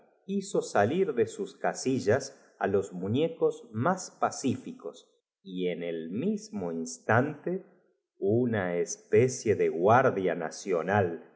hizo salir de sus casillas á los ro y ágil como un péjaro salló blandienmuñecos más pacíficos y en el mismo do su sablecito desde la tabla donde estainstante una especie de guardia nacional ba